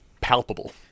palpable